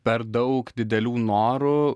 per daug didelių norų